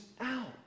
out